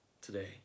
today